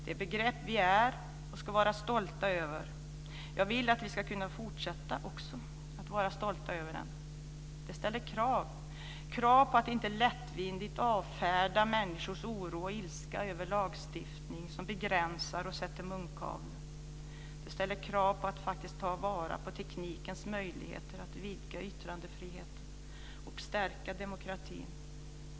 Det är begrepp vi är och ska vara stolta över. Jag vill att vi ska kunna fortsätta att vara stolta över dem. Det ställer krav på att inte lättvindigt avfärda människors oro och ilska över lagstiftning som begränsar och sätter munkavle. Det ställer krav på att faktiskt ta vara på teknikens möjligheter att vidga yttrandefriheten och stärka demokratin.